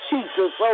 Jesus